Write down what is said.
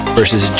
versus